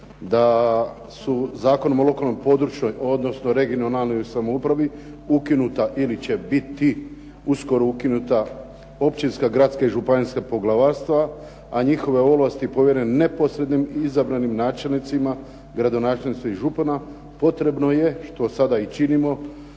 da su Zakonom o lokalnoj, područnoj, odnosno regionalnoj samoupravi ukinuta ili će biti uskoro ukinuta općinska, gradska i županijska poglavarstva a njihove ovlasti povjerene neposrednim izabranim načelnicima, gradonačelnicima i župana potrebno je što sada i činimo